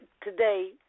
today